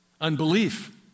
Unbelief